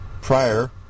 Prior